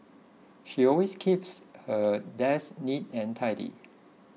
she always keeps her desk neat and tidy